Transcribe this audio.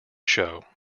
show